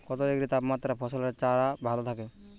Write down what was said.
কত ডিগ্রি তাপমাত্রায় ফসলের চারা ভালো থাকে?